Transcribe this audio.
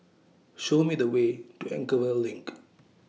Show Me The Way to Anchorvale LINK